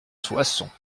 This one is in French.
soissons